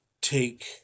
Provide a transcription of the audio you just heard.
take